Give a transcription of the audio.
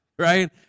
right